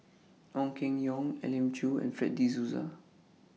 Ong Keng Yong Elim Chew and Fred De Souza